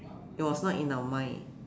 it was not in our mind